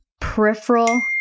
peripheral